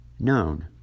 known